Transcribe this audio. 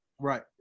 Right